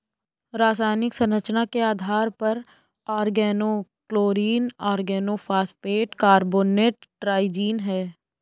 रासायनिक संरचना के आधार पर ऑर्गेनोक्लोरीन ऑर्गेनोफॉस्फेट कार्बोनेट ट्राइजीन है